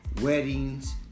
weddings